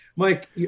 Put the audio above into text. Mike